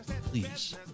please